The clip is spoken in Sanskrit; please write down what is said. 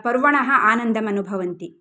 पर्वणः आनन्दम् अनुभवन्ति